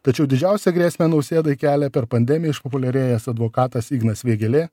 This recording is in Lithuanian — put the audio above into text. tačiau didžiausią grėsmę nausėdai kelia per pandemiją išpopuliarėjęs advokatas ignas vėgėlė